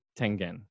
Tengen